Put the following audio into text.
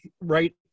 right